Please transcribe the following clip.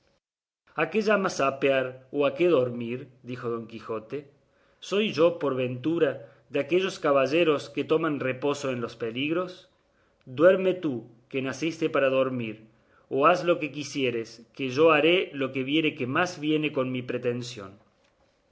a qué llamas apear o a qué dormir dijo don quijote soy yo por ventura de aquellos caballeros que toman reposo en los peligros duerme tú que naciste para dormir o haz lo que quisieres que yo haré lo que viere que más viene con mi pretensión